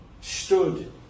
stood